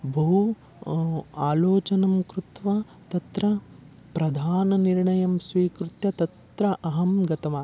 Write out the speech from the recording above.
बहु आलोचनं कृत्वा तत्र प्रधाननिर्णयं स्वीकृत्य तत्र अहं गतवान्